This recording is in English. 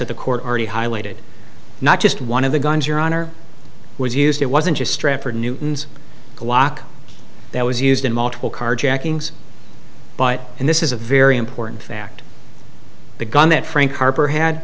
that the court already highlighted not just one of the guns your honor was used it wasn't just strafford newton's glock that was used in multiple carjackings but and this is a very important fact the gun that frank harper had